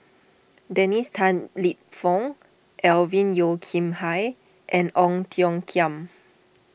Dennis Tan Lip Fong Alvin Yeo Khirn Hai and Ong Tiong Khiam